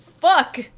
Fuck